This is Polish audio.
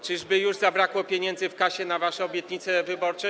Czyżby już zabrakło pieniędzy w kasie na wasze obietnice wyborcze?